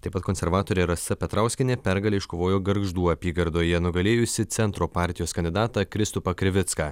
taip pat konservatorė rasa petrauskienė pergalę iškovojo gargždų apygardoje nugalėjusi centro partijos kandidatą kristupą krivicką